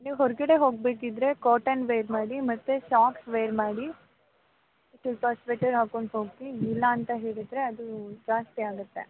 ನೀವು ಹೊರಗಡೆ ಹೋಗಬೇಕಿದ್ರೆ ಕಾಟನ್ ವೇರ್ ಮಾಡಿ ಮತ್ತು ಸಾಕ್ಸ್ ವೇರ್ ಮಾಡಿ ಸ್ವೆಟರ್ ಹಾಕ್ಕೊಂಡು ಹೋಗಿ ಇಲ್ಲ ಅಂತ ಹೇಳಿದರೆ ಅದು ಜಾಸ್ತಿ ಆಗುತ್ತೆ